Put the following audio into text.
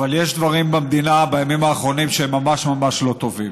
אבל יש דברים במדינה בימים האחרונים שהם ממש ממש לא טובים.